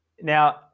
Now